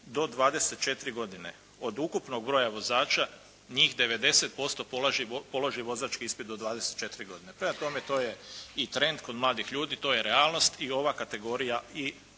do 24 godine od ukupnog broja vozača njih 90% položi vozački ispit do 24. godine. Prema tome, to je i trend kod mladih ljudi, to je realnost i ova kategorija i